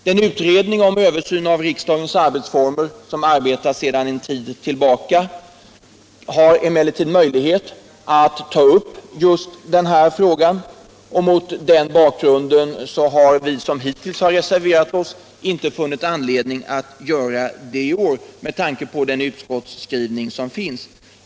Den utredning om översyn av riksdagens arbetsformer som arbetar sedan en tid tillbaka har emellertid möjlighet att ta upp just den här frågan, och mot den bakgrunden och med tanke på den utskottsskrivning som gjorts har vi som tidigare reserverat oss inte funnit anledning att i år göra det.